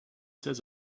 says